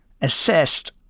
assessed